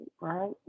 Right